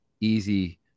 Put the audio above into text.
easy